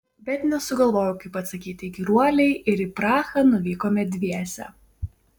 bet nesugalvojau kaip atsakyti įkyruolei ir į prahą nuvykome dviese